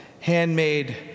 handmade